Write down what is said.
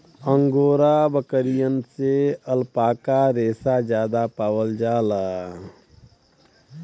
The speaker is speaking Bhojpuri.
अंगोरा बकरियन से अल्पाका रेसा जादा पावल जाला